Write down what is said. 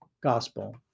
gospel